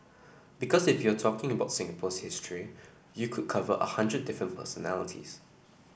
because if you're talking about Singapore's history you could cover a hundred different personalities